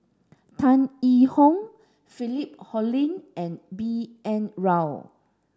Tan Yee Hong Philip Hoalim and B N Rao